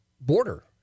border